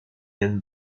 naine